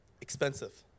expensive